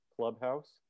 clubhouse